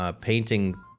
painting